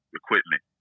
equipment